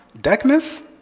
darkness